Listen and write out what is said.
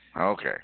Okay